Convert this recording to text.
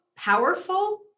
Powerful